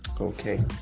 okay